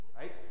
Right